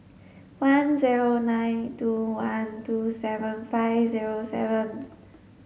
one zero nine two one two seven five zero seven